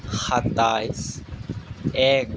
সাতাইছ এক